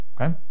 Okay